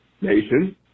Nation